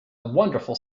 wonderful